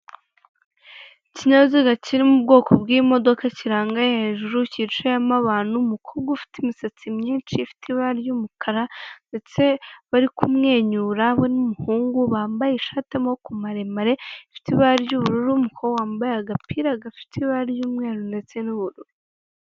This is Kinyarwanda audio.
Ikinyabiziga kiri mu bwoko bw'imodoka kirangaye hejuru kicayemo abantu, umukobwa ufite imisatsi myinshi ifite ibara ry'umukara ndetse bari kumwenyura we n'umuhungu bambaye ishati y'amaboko maremare ifite ibara ry'ubururu, umukobwa wambaye agapira gafite ibara ry'umweru ndetse n'ubururu.